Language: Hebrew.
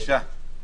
(היו"ר אוסאמה סעדי, 12:00) בבקשה.